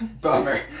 Bummer